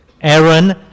Aaron